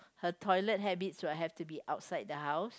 her toilet habits will have to be outside the house